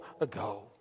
ago